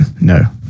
no